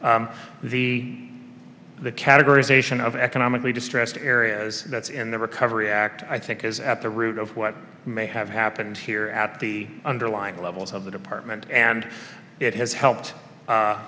funding the categorization of economically distressed areas that's in the recovery act i think is at the root of what may have happened here at the underlying levels of the department and it has helped